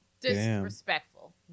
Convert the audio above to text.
Disrespectful